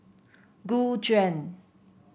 Gu Juan